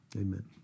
amen